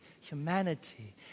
humanity